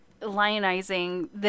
Lionizing